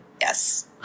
Yes